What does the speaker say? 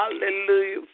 Hallelujah